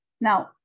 Now